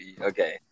Okay